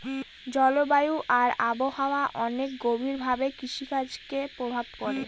জলবায়ু আর আবহাওয়া অনেক গভীর ভাবে কৃষিকাজে প্রভাব করে